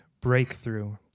breakthrough